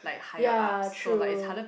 ya true